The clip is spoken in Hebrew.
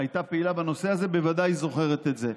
שהייתה פעילה בנושא הזה, בוודאי זוכרת את זה.